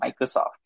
Microsoft